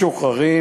משוחררים,